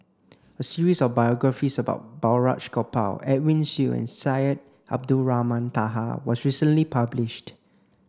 a series of biographies about Balraj Gopal Edwin Siew and Syed Abdulrahman Taha was recently published